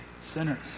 sinners